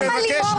למה לימור מצביעה?